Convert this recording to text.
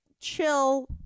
chill